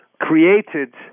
created